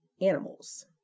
animals